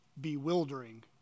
bewildering